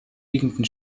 liegenden